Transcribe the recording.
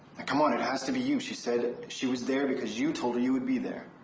ah come on, it has to be you. she said she was there because you told her you would be there.